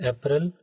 April